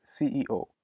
CEO